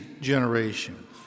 generation